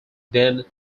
then